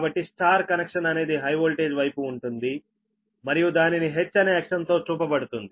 కాబట్టి Y connection అనేది high voltage వైపు ఉంటుంది మరియు దానిని H అనే అక్షరంతో చూపబడుతుంది